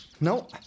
No